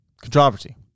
Controversy